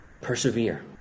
Persevere